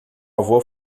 avô